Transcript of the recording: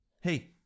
Hey